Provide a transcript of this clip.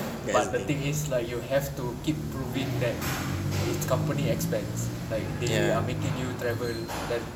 but the thing is like you have to keep proving that it's company expense like they are making you travel then